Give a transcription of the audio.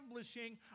establishing